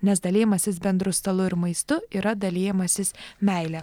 nes dalijimasis bendru stalu ir maistu yra dalijimasis meile